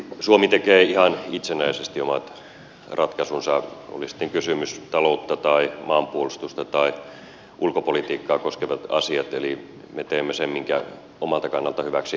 suomi tekee ihan itsenäisesti omat ratkaisunsa oli sitten kysymys taloutta tai maanpuolustusta tai ulkopolitiikkaa koskevista asioista eli me teemme sen minkä omalta kannaltamme hyväksi arvioimme